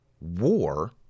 War